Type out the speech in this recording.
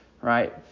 Right